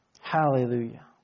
Hallelujah